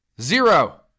Zero